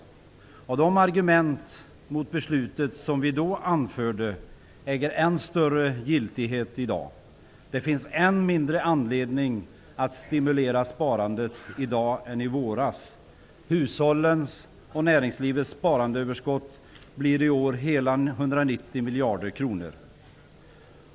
De argument mot beslutet som vi då anförde äger än större giltighet i dag. Det finns i dag än mindre anledning att stimulera sparandet än i våras. Hushållens och näringslivets sparandeöverskott blir i år hela 190 miljarder kronor.